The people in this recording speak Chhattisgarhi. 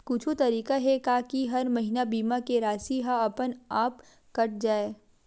कुछु तरीका हे का कि हर महीना बीमा के राशि हा अपन आप कत जाय?